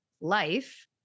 life